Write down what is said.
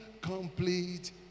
complete